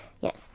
yes